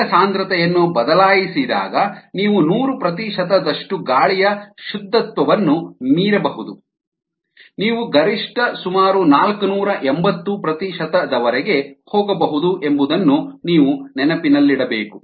ಅನಿಲ ಸಾಂದ್ರತೆಯನ್ನು ಬದಲಾಯಿಸಿದಾಗ ನೀವು ನೂರು ಪ್ರತಿಶತದಷ್ಟು ಗಾಳಿಯ ಶುದ್ಧತ್ವವನ್ನು ಮೀರಬಹುದು ನೀವು ಗರಿಷ್ಠ ಸುಮಾರು ನಾಲ್ಕನೂರ ಎಂಬತ್ತು ಪ್ರತಿಶತದವರೆಗೆ ಹೋಗಬಹುದು ಎಂಬುದನ್ನು ನೀವು ನೆನಪಿನಲ್ಲಿಡಬೇಕು